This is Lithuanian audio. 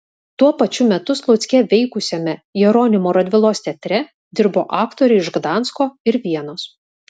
tuo pačiu metu slucke veikusiame jeronimo radvilos teatre dirbo aktoriai iš gdansko ir vienos